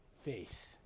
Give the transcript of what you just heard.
faith